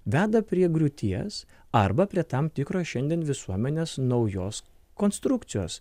veda prie griūties arba prie tam tikro šiandien visuomenės naujos konstrukcijos